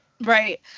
Right